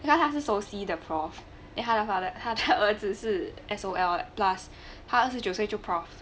他他是 so C 的 prof then 他的 father 他儿子是 s o l 的 plus 他二十九岁就 prof